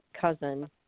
cousin